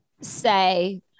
say